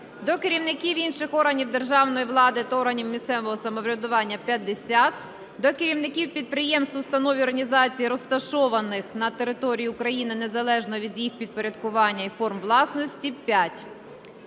до керівників інших органів державної влади та органів місцевого самоврядування – 50, до керівників підприємств, установ і організацій, розташованих на території України, незалежно від їх підпорядкування і форм власності – 5.